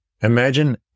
Imagine